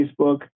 Facebook